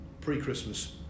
pre-Christmas